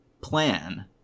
plan